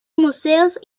museos